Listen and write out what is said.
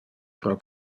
pro